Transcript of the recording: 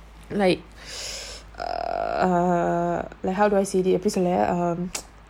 like err like how do I see it எப்படிசொல்ல:eppadi solla